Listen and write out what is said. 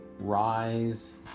rise